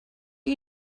you